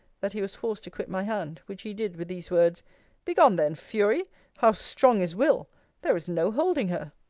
that he was forced to quit my hand which he did with these words begone then, fury how strong is will there is no holding her.